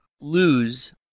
lose